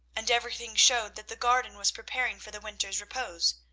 and everything showed that the garden was preparing for the winter's repose.